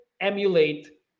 emulate